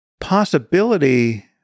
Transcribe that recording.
possibility